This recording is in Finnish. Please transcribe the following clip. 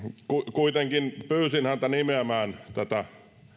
kuitenkin pyysin tätä